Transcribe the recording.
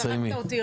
תסיימי.